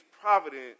providence